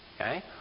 Okay